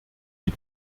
die